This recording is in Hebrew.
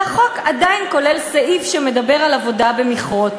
והחוק עדיין כולל סעיף שמדבר על עבודה במכרות.